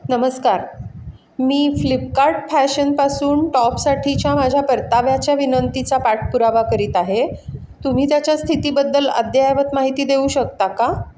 नमस्कार मी फ्लिपकार्ट फॅशनपासून टॉपसाठीच्या माझ्या परताव्याच्या विनंतीचा पाठपुरावा करीत आहे तुम्ही त्याच्या स्थितीबद्दल अद्यायवत माहिती देऊ शकता का